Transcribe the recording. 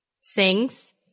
sings